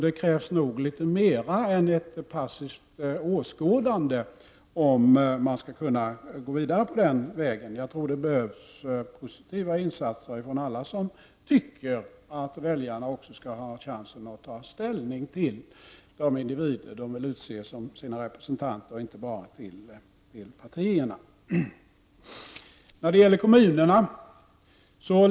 Det krävs nog mer än ett passivt åskådande för att kunna gå vidare på den vägen. Det behövs positiva insatser från alla dem som tycker att också väljarna skall få chansen att ta ställning till vilka individer som de vill utse som sina representanter och inte bara partierna.